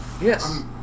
Yes